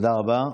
תודה רבה.